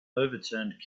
overturned